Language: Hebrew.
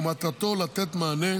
ומטרתו לתת מענה